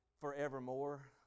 forevermore